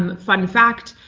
um fun fact,